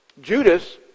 Judas